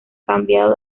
cambiado